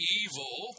evil